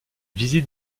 visite